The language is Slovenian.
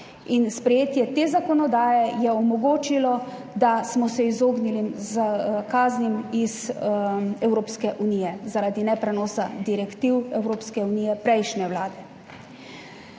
sprejetje te zakonodaje je omogočilo, da smo se izognili kaznim iz Evropske unije zaradi neprenosa direktiv Evropske unije prejšnje vlade.